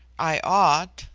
i ought,